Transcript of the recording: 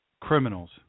Criminals